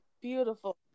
beautiful